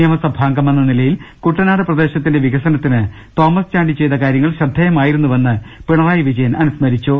നിയമസഭാംഗമെന്ന നിലയിൽ കുട്ടനാട് പ്രദേശത്തിന്റെ വികസനത്തിന് തോമസ്ചാണ്ടി ചെയ്ത കാര്യങ്ങൾ ശ്രദ്ധേയമായിരുന്നുവെന്ന് പിണറായി വിജയൻ അനുസ്മരിച്ചു